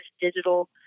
digital